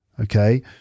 Okay